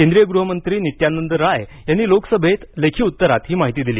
केंद्रीय गृहमंत्री नित्यानंद राय यांनी लोकसभेत लेखी उत्तरात ही माहिती दिली